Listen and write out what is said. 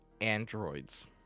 androids